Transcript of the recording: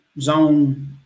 zone